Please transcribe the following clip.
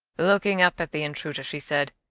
looking up at the intruder, she said,